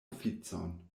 oficon